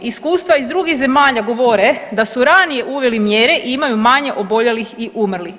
Iskustva iz drugih zemalja govore da su ranije uveli mjere i imaju manje oboljelih i umrlih.